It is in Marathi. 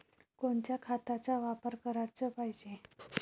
कोनच्या खताचा वापर कराच पायजे?